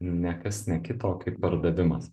ne kas ne kito o kaip pardavimas